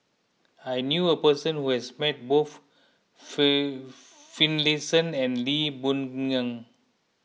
I knew a person who has met both Finlayson and Lee Boon Ngan